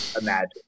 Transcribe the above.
imagine